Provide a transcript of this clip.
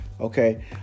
Okay